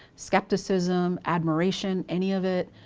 skepticism, admiration, any of it.